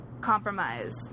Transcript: compromise